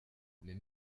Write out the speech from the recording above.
mais